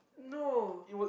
no